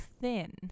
thin